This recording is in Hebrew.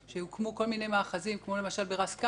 שהוקמו כל מיני מאחזים, כמו למשל בראס קרקר,